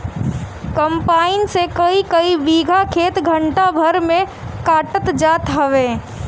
combine से कईकई बीघा खेत घंटा भर में कटात जात हवे